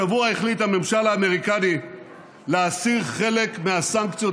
השבוע החליט הממשל האמריקני להסיר חלק מהסנקציות